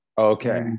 Okay